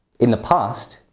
in the past,